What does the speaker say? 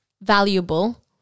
valuable